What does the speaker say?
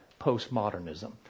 postmodernism